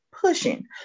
pushing